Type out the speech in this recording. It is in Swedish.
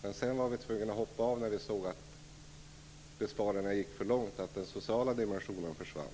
Men sedan var vi tvungna att hoppa av när vi märkte att besparingarna gick för långt, att den sociala dimensionen försvann.